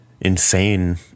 insane